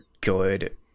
good